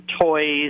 toys